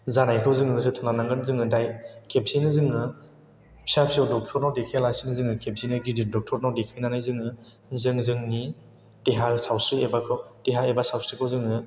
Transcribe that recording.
जानायखौ जों जोथोन लानांगोन जों खेबसेयैनो जोङो फिसा फिसौ डक्टरनाव देखायालासेनो जों खेबसेयैनो गिदिर डक्टरनाव देखायनानै जोङो जों जोंनि देहा सावस्रि एबा देहा एबा सावस्रिखौ जोङो